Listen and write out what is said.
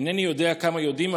אינני יודע כמה יודעים,